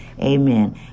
amen